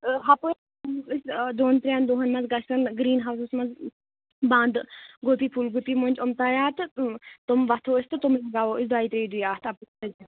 ٲں ہَپٲرۍ دۄن ترین دۄہن منزگَژھن گریٖن ہاوُسس منز بند گوٗبی پھوٚل گوٗبی مۄنجہِ یِم تیار تہٕ تِم وۄتھو أسۍ تہٕ تِم ووو أسۍ دۄیہِ ترٛیہِ دُہہِ اتھ اَپٲرۍ کِنۍ